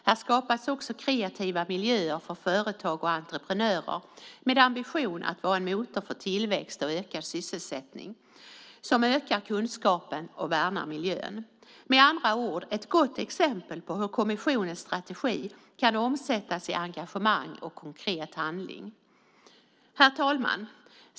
Här skapas också kreativa miljöer för företag och entreprenörer med ambition att vara en motor för tillväxt och ökad sysselsättning som ökar kunskapen och värnar miljön. Med andra ord är det ett gott exempel på hur kommissionens strategi kan omsättas i engagemang och konkret handling. Herr talman!